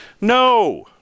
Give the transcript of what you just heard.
No